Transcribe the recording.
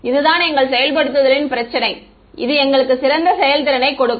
இதுதான் எங்கள் செயல்படுத்துதலின் பிரச்சினை எது எங்களுக்கு சிறந்த செயல்திறனை கொடுக்கும்